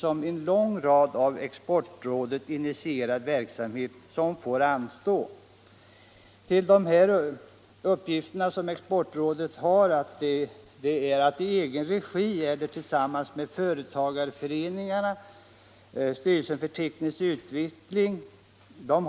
och en stor del av den verksamhet som Exportrådet initierat får anstå. Till Exportrådets uppgifter hör att i egen regi eller tillsammans med företagarföreningar, styrelsen för teknisk utveckling etc.